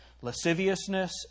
lasciviousness